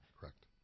Correct